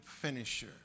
finisher